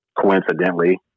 coincidentally